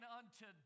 unto